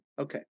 Okay